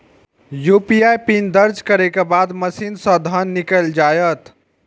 UPI pin दर्ज करै के बाद मशीन सं धन निकैल जायत